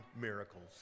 miracles